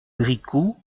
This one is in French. bricout